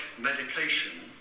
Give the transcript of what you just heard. medication